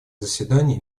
заседания